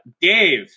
Dave